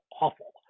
awful